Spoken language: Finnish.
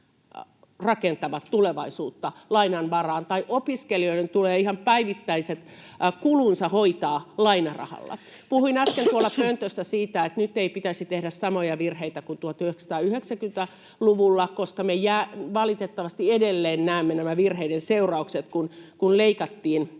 rakentavat tulevaisuutta lainan varaan tai opiskelijoiden tulee ihan päivittäiset kulunsa hoitaa lainarahalla. Puhuin äsken tuolla pöntössä siitä, että nyt ei pitäisi tehdä samoja virheitä kuin 1990-luvulla, koska me valitettavasti edelleen näemme nämä virheiden seuraukset, kun leikattiin